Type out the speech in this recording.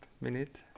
minute